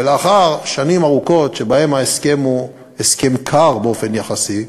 ולאחר שנים ארוכות שבהן ההסכם הוא הסכם קר באופן יחסי,